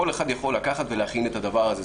כל אחד יכול לקחת ולהכין את הדבר הזה.